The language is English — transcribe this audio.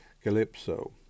Calypso